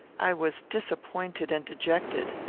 i was disappointed and dejected.